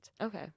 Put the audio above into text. okay